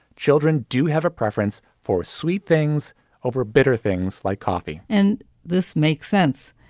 children do have a preference for sweet things over bitter things like coffee and this makes sense.